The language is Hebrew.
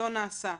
לא נעשה.